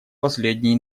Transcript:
последние